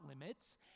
limits